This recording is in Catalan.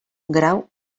grau